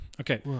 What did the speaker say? Okay